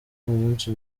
umunsi